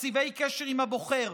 תקציבי קשר עם הבוחר,